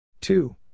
Two